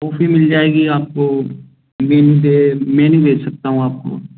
coffee मिल जाएगी आपको मीन्स ये में नहीं भेज सकता हूँ आपको